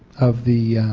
of the